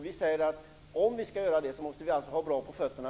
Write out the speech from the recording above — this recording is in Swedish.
Vi säger att om man skall göra det måste man ha bra mycket på fötterna.